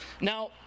Now